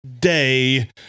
Day